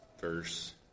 verse